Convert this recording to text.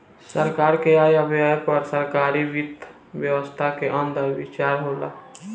सरकार के आय व्यय पर सरकारी वित्त व्यवस्था के अंदर विचार होला